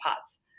POTS